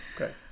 Okay